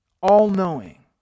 all-knowing